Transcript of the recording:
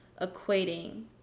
equating